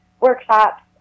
workshops